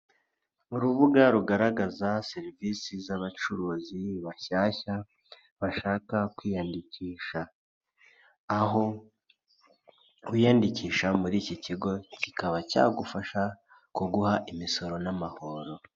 Urubuga rugaragaza serivise z'abacuruzi bashyashya bashaka kwiyandikisha, aho wiyandikisha muri iki kigo kikaba cyagufasha kuguha imisoro n'amahoro.